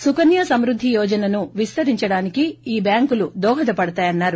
సుకన్య సమ్పద్ది యోజనను విస్తరించడానికి ఈ బ్యాంకులు దోహదపడతాయన్నారు